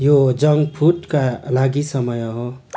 यो जङ्क फुडका लागि समय हो